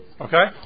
Okay